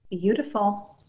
Beautiful